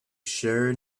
sure